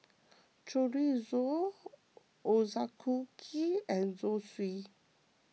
Chorizo and Zosui